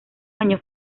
año